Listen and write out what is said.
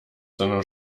sondern